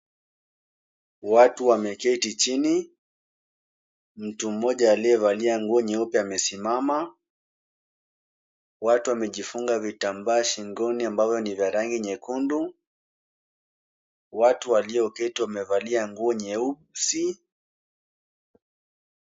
Watu wameketi chini. Mtu mmoja aliyevalia nguo nyeupe amesimama. Watu wamejifunga vitambaa shingoni ambavyo ni vya rangi nyekundu. Watu walioketi wamevalia nguo nyeusi.